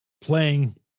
playing